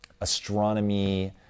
astronomy